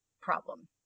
problem